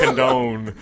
condone